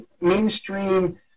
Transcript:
mainstream